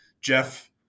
Jeff